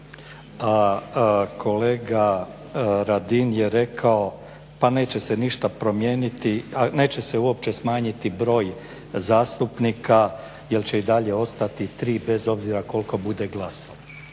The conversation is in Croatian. Kolega Radin je rekao pa neće se ništa promijeniti, neće se uopće smanjiti broj zastupnika jer će i dalje ostati tri bez obzira koliko bude glasalo.